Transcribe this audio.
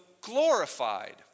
glorified